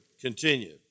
continue